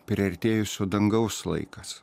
priartėjusio dangaus laikas